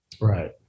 Right